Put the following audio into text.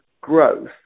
growth